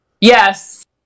Yes